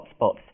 hotspots